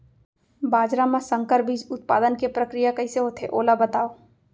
बाजरा मा संकर बीज उत्पादन के प्रक्रिया कइसे होथे ओला बताव?